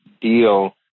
deal